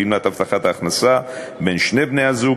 גמלת הבטחת ההכנסה בין שני בני-הזוג,